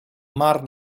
mar